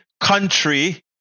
country